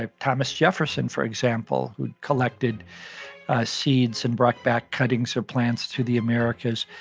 ah thomas jefferson, for example, who collected seeds and brought back cuttings of plants to the americas.